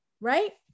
right